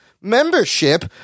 membership